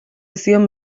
zion